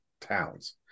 towns